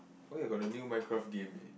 oh you got the new MineCraft game eh